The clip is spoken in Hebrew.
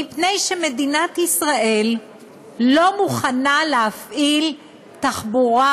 מפני שמדינת ישראל לא מוכנה להפעיל תחבורה